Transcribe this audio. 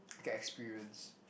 like a experience